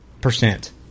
percent